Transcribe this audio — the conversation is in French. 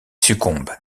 succombe